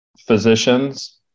physicians